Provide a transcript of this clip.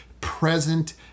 present